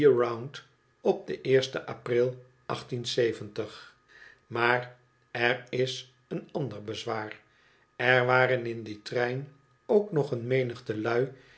op den eersten april maar er is een ander bezwaar er waren in dien trein ook nog een menigte lui